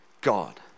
God